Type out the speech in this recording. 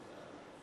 נתקבלה.